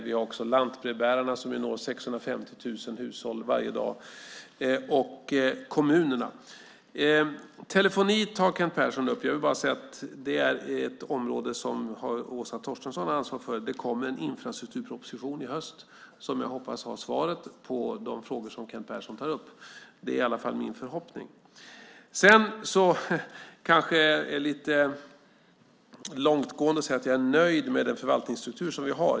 Vi har också lantbrevbärarna som når 650 000 hushåll varje dag. Kent Persson tog upp telefoni. Det är ett område som Åsa Torstensson har ansvar för. Det kommer en infrastrukturproposition i höst som jag hoppas har svaret på de frågor som Kent Persson tar upp. Det är i alla fall min förhoppning. Det kanske är lite långtgående att säga att jag är nöjd med den förvaltningsstruktur vi har.